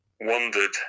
Wandered